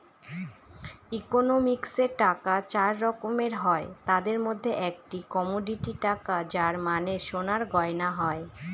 ইকোনমিক্সে টাকা চার রকমের হয় তাদের মধ্যে একটি কমোডিটি টাকা যার মানে সোনার গয়না হয়